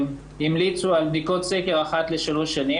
המליצו על בדיקות סקר אחת לשלוש שנים.